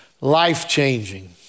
Life-changing